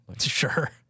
Sure